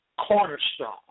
cornerstone